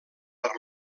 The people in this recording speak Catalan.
per